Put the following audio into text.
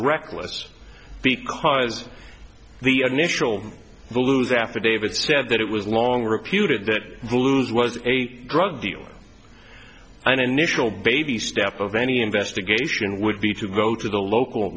reckless because the initial the lose affidavit said that it was long reputed that blues was a drug deal an initial baby step of any investigation would be to go to the local